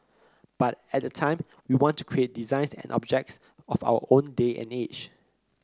but at the time we want to create designs and objects of our own day and age